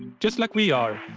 just like we are,